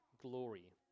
glory